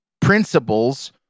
Principles